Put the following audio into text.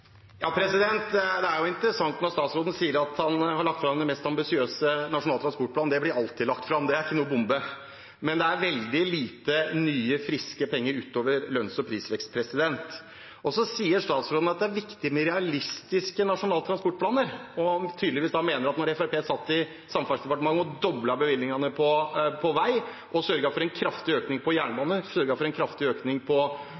Det er jo interessant når statsråden sier at han har lagt fram den mest ambisiøse nasjonale transportplanen – det blir alltid lagt fram, det er ikke noen bombe – men det er veldig lite nye, friske penger utover lønns- og prisvekst. Så sier statsråden at det er viktig med realistiske nasjonale transportplaner, og mener da tydeligvis at da Fremskrittspartiet satt i Samferdselsdepartementet og doblet bevilgningene på vei og sørget for en kraftig økning på jernbane, sørget for en kraftig økning på